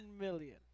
million